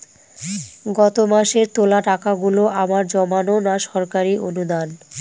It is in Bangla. গত মাসের তোলা টাকাগুলো আমার জমানো না সরকারি অনুদান?